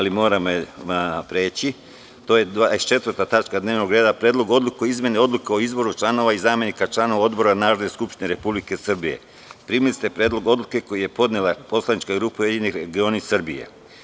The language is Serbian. To je 24. tačka dnevnog reda - PREDLOG ODLUKE O IZMENI ODLUKE O IZBORU ČLANOVA I ZAMENIKA ČLANOVA ODBORA NARODNE SKUPŠTINE REPUBLIKE SRBIJE Primili ste Predlog odluke koju je podnela poslanička grupa Ujedinjeni regioni Srbije.